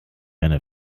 eine